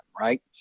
right